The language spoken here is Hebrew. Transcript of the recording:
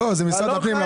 83-024,